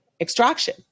extraction